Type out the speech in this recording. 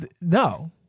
No